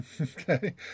Okay